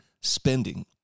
spending